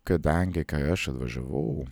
kadangi kai aš atvažiavau